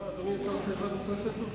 אפשר שאלה נוספת, קצרה?